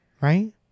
right